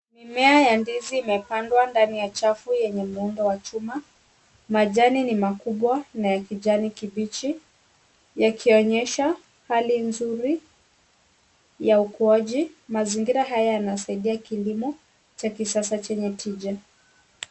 Mimea ya ndizi imepandwa ndani ya chafu yenye muundo wa chuma. Majani ni makubwa na ya kijani kibichi yakionyesha hali nzuri ya ukuaji. Mazingira haya yanasaidia kilimo cha kisasa chenye tija.